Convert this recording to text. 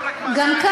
לא רק מאסר על-תנאי,